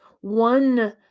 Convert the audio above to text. one